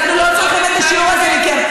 אנחנו לא צריכים את השיעור הזה מכם.